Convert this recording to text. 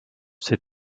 ses